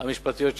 המשפטיות שהזכרתי.